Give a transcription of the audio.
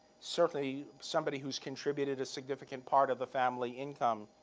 certainly somebody who has contributed a significant part of the family income,